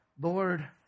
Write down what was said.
Lord